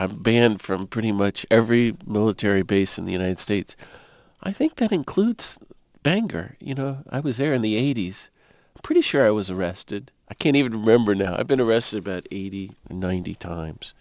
i've banned from pretty much every military base in the united states i think that includes bangor you know i was there in the eighty's pretty sure i was arrested i can't even remember now i've been arrested but eighty and ninety times